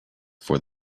for